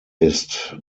ist